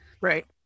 Right